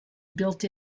built